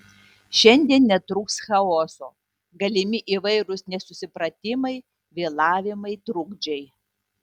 šiandien netrūks chaoso galimi įvairūs nesusipratimai vėlavimai trukdžiai